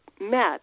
met